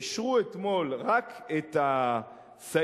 שאישרו אתמול רק את הסעיף,